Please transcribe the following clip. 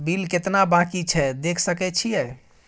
Bill केतना बाँकी छै देख सके छियै?